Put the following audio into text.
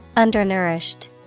undernourished